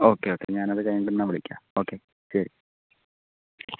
ഒക്കെ ഒക്കെ ഞാനതു കഴിഞ്ഞിട്ടു എന്നാൽ വിളിക്കാം ഓക്കേ ശരി